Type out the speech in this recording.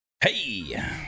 Hey